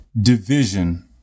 Division